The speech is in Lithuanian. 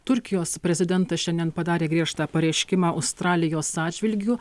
turkijos prezidentas šiandien padarė griežtą pareiškimą australijos atžvilgiu